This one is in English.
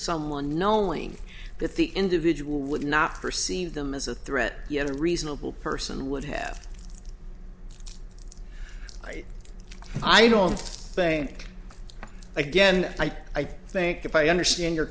someone knowing that the individual would not perceive them as a threat yet a reasonable person would have i don't think again i think if i understand your